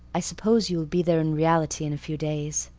i suppose you will be there in reality in a few days?